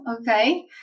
okay